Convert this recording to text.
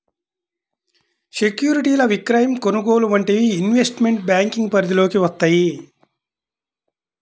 సెక్యూరిటీల విక్రయం, కొనుగోలు వంటివి ఇన్వెస్ట్మెంట్ బ్యేంకింగ్ పరిధిలోకి వత్తయ్యి